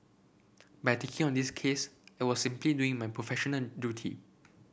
by taking on this case I was simply doing my professional duty